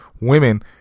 women